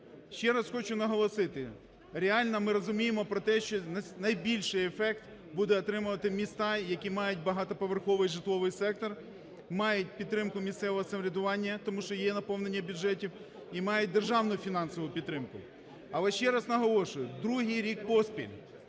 Ще раз хочу наголосити, реально ми розуміємо про те, що найбільший ефект будуть отримувати міста, які мають багатоповерховий житловий сектор, мають підтримку місцевого самоврядування, тому що є наповнення бюджетів і мають державну фінансову підтримку. Але ще раз наголошую, другий рік поспіль